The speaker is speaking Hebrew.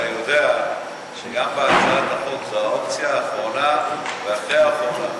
הרי אתה יודע שגם בהצעת החוק זו האופציה האחרונה ואחרי האחרונה.